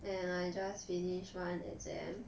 and I just finish one exam